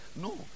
No